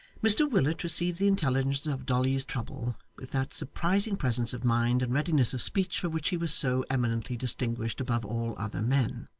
mr willet received the intelligence of dolly's trouble with that surprising presence of mind and readiness of speech for which he was so eminently distinguished above all other men.